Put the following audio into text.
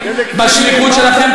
בשליחות שלכם,